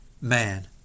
man